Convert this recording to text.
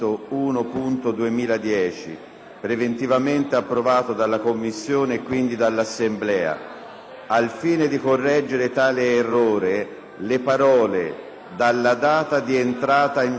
preventivamente approvato dalla Commissione e quindi dall'Assemblea. Al fine di correggere tale errore, le parole «dalla data di entrata in vigore della legge di conversione»,